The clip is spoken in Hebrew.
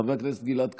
חבר הכנסת גלעד קריב,